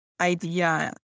idea